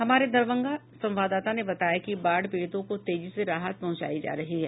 हमारे दरभंगा संवाददाता ने बताया है कि बाढ़ पीड़ितों को तेजी से राहत पहुंचाई जा रही है